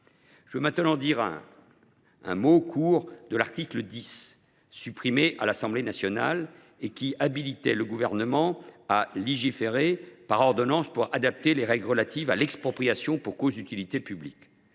J’en viens brièvement à l’article 10, qui a été supprimé à l’Assemblée nationale et qui habilitait le Gouvernement à légiférer par ordonnance pour adapter les règles relatives à l’expropriation pour cause d’utilité publique.